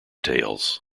tales